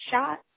shot